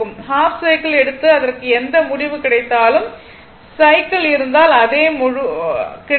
half cycle எடுத்து அதற்கு எந்த முடிவு கிடைத்தாலும் சைக்கிள் cycle இருந்தால் அதே முடிவு கிடைக்கும்